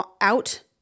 out